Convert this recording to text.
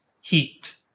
heat